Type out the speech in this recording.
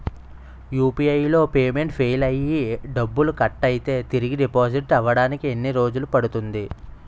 UPI లో payment fail అయ్యి డబ్బులు కట్ అయితే తిరిగి డిపాజిట్ అవ్వడానికి ఎన్ని రోజులు పడుతుంది?